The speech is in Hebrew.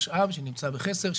משאב שנמצא בחסר,